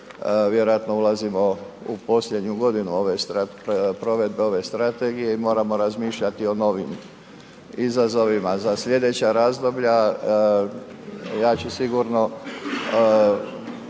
vjerojatno ulazimo u posljednju godinu ove, provedbe ove strategije i moramo razmišljati o novim izazovima za slijedeća razdoblja. Ja ću sigurno